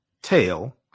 tail